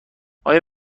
آیا